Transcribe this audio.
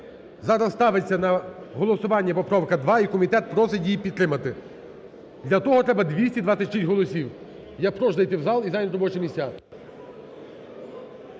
зараз ставиться на голосування поправка 2 і комітет просить її підтримати, для того треба 226 голосів, я прошу зайти в зал і зайняти робочі місця.